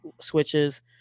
switches